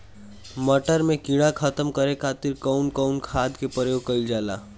मटर में कीड़ा खत्म करे खातीर कउन कउन खाद के प्रयोग कईल जाला?